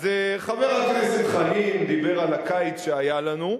אז חבר הכנסת חנין דיבר על הקיץ שהיה לנו.